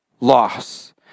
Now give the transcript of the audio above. loss